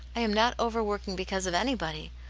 i am not over-working because of anybody.